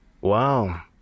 Wow